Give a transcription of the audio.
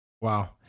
Wow